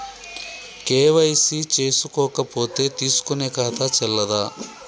KYC చేసుకోకపోతే తీసుకునే ఖాతా చెల్లదా?